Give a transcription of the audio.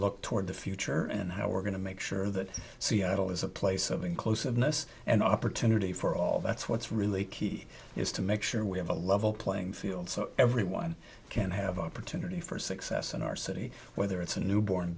look toward the future and how we're going to make sure that seattle is a place of inclusiveness and opportunity for all that's what's really key is to make sure we have a level playing field so everyone can have opportunity for success in our city whether it's a newborn